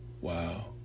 wow